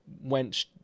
went